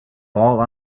ball